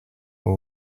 your